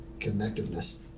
Connectiveness